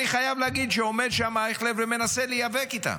אני חייב להגיד שעומד שם אייכלר ומנסה להיאבק איתם,